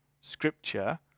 Scripture